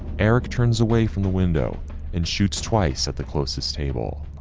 eric turns away from the window and shoots twice at the closest table.